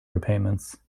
repayments